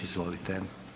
Izvolite.